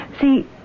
See